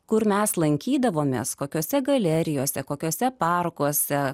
kur mes lankydavomės kokiose galerijose kokiuose parkuose